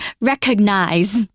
Recognize